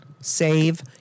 save